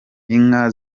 inka